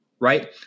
Right